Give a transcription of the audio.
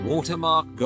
Watermark